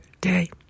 day